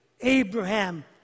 Abraham